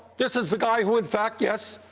this is the guy who, in fact, yes,